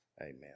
amen